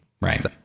Right